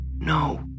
No